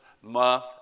month